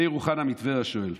מאיר אוחנה מטבריה שואל: